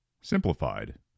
Simplified